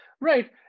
right